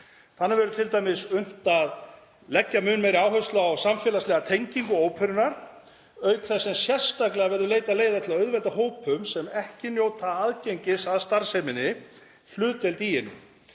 Þannig verður t.d. unnt að leggja mun meiri áherslu á samfélagslega tengingu óperunnar, auk þess sem sérstaklega verður leitað leiða til að auðvelda hópum sem ekki njóta aðgengis að starfseminni hlutdeild í henni,